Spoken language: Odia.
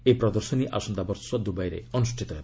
ଏହି ପ୍ରଦର୍ଶନୀ ଆସନ୍ତାବର୍ଷ ଦୁବାଇରେ ଅନୁଷ୍ଠିତ ହେବ